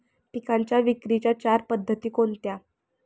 पिकांच्या विक्रीच्या चार पद्धती कोणत्या?